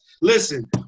Listen